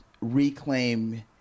reclaim